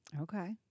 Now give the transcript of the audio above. Okay